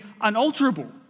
unalterable